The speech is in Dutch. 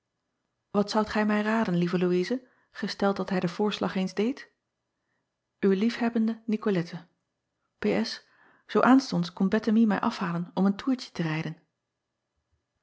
at zoudt gij mij raden lieve ouise gesteld dat hij den voorslag eens deed w liefhebbende icolette oo aanstonds komt ettemie mij afhalen om een toertje te rijden